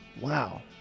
Wow